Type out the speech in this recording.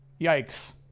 yikes